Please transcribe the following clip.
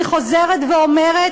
אני חוזרת ואומרת,